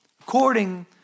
according